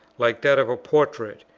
like that of a portrait,